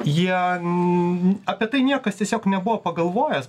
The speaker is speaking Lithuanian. jie n apie tai niekas tiesiog nebuvo pagalvojęs